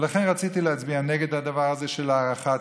ולכן רציתי להצביע נגד הדבר הזה של הארכת,